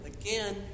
again